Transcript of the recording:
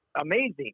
amazing